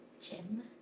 Jim